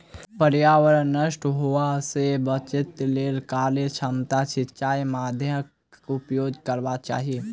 पर्यावरण नष्ट होमअ सॅ बचैक लेल कार्यक्षमता सिचाई माध्यमक उपयोग करबाक चाही